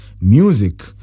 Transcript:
music